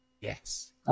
Yes